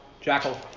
Jackal